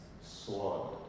sword